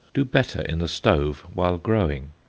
do better in the stove while growing.